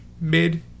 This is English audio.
Mid